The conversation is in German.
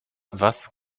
was